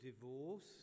divorce